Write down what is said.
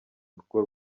urugo